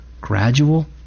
gradual